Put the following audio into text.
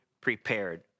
prepared